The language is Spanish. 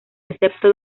excepto